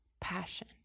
passion